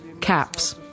caps